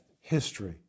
history